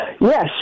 Yes